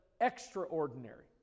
extraordinary